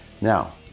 Now